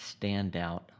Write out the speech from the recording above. standout